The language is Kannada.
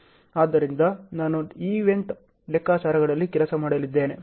ಆದ್ದರಿಂದ ನಾನು ಈವೆಂಟ್ ಲೆಕ್ಕಾಚಾರಗಳಲ್ಲಿ ಕೆಲಸ ಮಾಡಲಿದ್ದೇನೆ